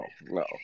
No